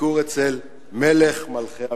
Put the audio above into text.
לביקור אצל מלך מלכי המלכים,